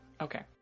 okay